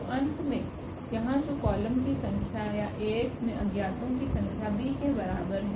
तो अंत में यहाँ जो कॉलम की संख्या या Ax में अज्ञातो की संख्या b के बराबर है